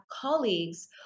colleagues